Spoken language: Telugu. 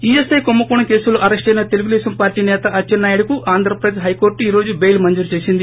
ఈఎస్ఐ కుంభకోణం కేసులో అరెస్టయిన తెలుగుదేశం పార్టీ సేత అచ్చెన్సాయుడుకు ఆంధ్రప్రదేశ్ హైకోర్టు ఈ రోజు బెయిల్ మంజురు చేసింది